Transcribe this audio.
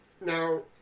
now